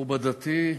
מכובדתי היושבת-ראש,